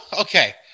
Okay